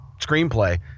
screenplay